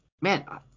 Man